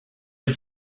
had